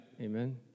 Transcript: Amen